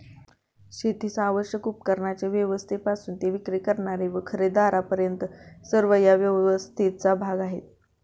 शेतीस आवश्यक उपकरणांच्या व्यवस्थेपासून ते विक्री करणारे व खरेदीदारांपर्यंत सर्व या व्यवस्थेचा भाग आहेत